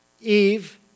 Eve